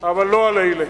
אבל לא על אלה.